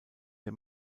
der